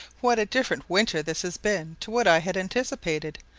what a different winter this has been to what i had anticipated.